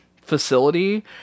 facility